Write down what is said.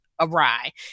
awry